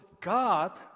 God